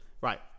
Right